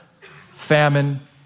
famine